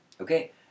Okay